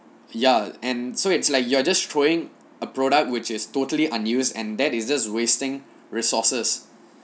ya and so it's like you are just throwing a product which is totally unused and that is just wasting resources